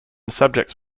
subjects